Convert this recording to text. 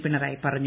പിണറായി പറഞ്ഞു